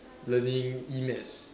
learning E math